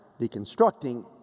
Deconstructing